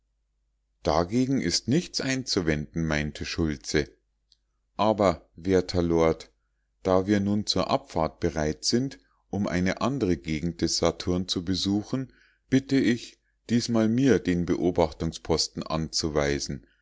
dagegen ist nichts einzuwenden meinte schultze aber werter lord da wir nun zur abfahrt bereit sind um eine andre gegend des saturn zu besuchen bitte ich diesmal mir den beobachtungsposten anzuweisen